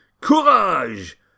Courage